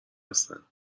هستن